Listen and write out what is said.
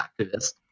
activist